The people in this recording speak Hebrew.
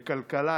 לכלכלה,